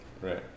Right